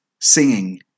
singing